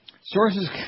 Sources